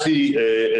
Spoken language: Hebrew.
בגדי